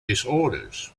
disorders